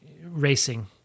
racing